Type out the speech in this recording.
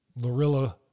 Lorilla